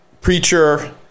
preacher